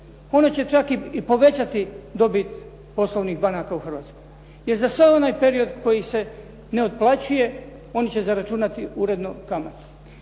one će čak i povećati dobit poslovnih banaka u Hrvatskoj. i za sav onaj period koji se ne otplaćuje, oni će uredno zaračunati kamatu.